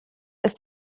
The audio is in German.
ist